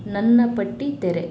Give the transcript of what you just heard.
ನನ್ನ ಪಟ್ಟಿ ತೆರೆ